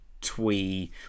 twee